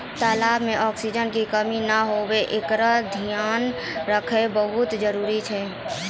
तलाब में ऑक्सीजन के कमी नै हुवे एकरोॅ धियान रखना बहुत्ते जरूरी छै